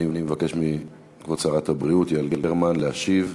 אני מבקש מכבוד שרת הבריאות יעל גרמן להשיב.